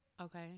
Okay